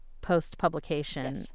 post-publication